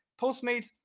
Postmates